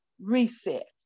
Reset